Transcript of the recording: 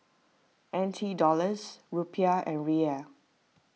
N T Dollars Rupiah and Riel